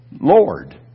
Lord